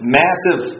massive